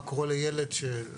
מה קורה לילד שבאומנה,